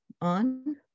on